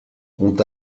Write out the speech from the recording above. ont